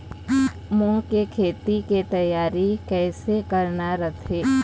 मूंग के खेती के तियारी कइसे करना रथे?